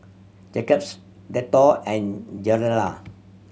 Jacob's Dettol and Gilera